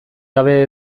gabe